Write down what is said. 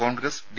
Congress D